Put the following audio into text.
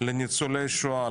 לניצולי שואה,